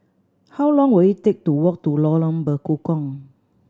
how long will it take to walk to Lorong Bekukong